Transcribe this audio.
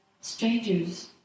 strangers